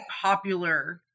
popular